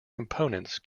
components